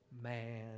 man